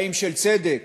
חיים של צדק,